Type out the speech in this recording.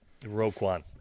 Roquan